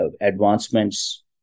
advancements